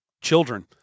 children